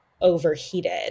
overheated